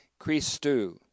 Christou